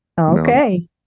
Okay